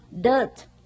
dirt